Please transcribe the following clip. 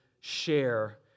share